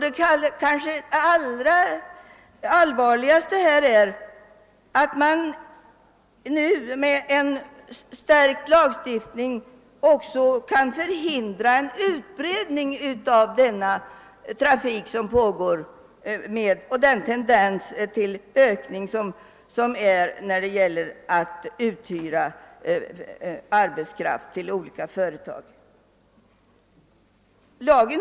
Det viktigaste är att man med en skärpt lagstiftning som här föreslås också kan förhindra en utbredning av verksamheten och hejda tendensen till ökning av verksamheten när det gäller uthyrning av arbetskraft till olika företag.